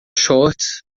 shorts